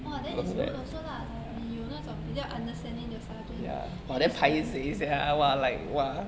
!wah! then is good also lah like 你有那种比较 understanding 的 sergeant at least the